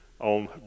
on